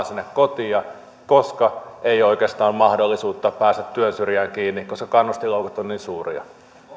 sinne kotiin koska ei oikeastaan ole mahdollisuutta päästä työn syrjään kiinni koska kannustinloukut ovat niin suuria